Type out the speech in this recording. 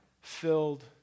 filled